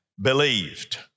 believed